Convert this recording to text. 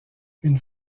une